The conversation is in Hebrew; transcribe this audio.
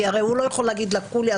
כי הרי הוא לא יכול להגיד "לקחו לי",